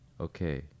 Okay